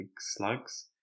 slugs